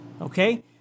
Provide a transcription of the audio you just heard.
okay